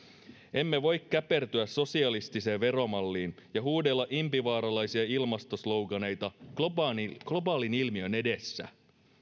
emme voi käpertyä sosialistiseen veromalliin ja huudella impivaaralaisia ilmastosloganeita globaalin globaalin ilmiön edessä